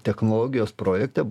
technologijos projekte